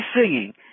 singing